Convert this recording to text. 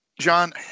John